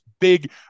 big